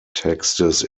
texts